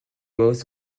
rose